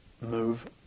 move